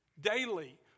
daily